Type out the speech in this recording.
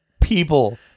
people